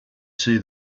see